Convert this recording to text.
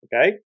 Okay